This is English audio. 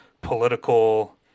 political